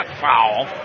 foul